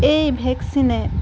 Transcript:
এই ভেকচিনে